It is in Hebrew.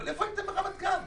אבל איפה הייתם ברמת גן?